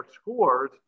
scores